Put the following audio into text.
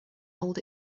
hold